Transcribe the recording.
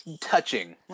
touching